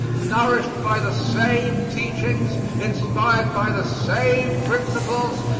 nourished by the same teachings, inspired by the same principles,